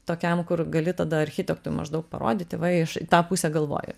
tokiam kur gali tada architektui maždaug parodyti va aš į tą pusę galvoju